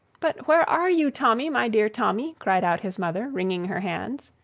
but where are you, tommy, my dear tommy? cried out his mother, wringing her hands.